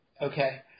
Okay